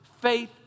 Faith